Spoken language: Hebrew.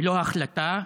ולא "החלטה",